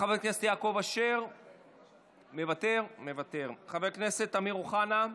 חבר הכנסת יעקב אשר, מוותר, חבר הכנסת אמיר אוחנה,